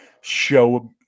show